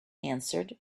answered